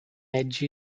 edge